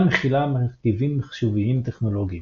אינה מכילה מרכיבים מחשוביים טכנולוגיים.